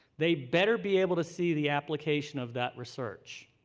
they better be able to see the application of that research.